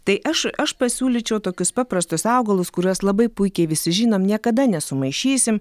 tai aš aš pasiūlyčiau tokius paprastus augalus kuriuos labai puikiai visi žinom niekada nesumaišysim